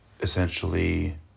essentially